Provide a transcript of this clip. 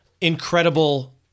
incredible